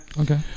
Okay